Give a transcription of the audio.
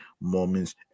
moments